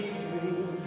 free